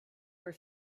were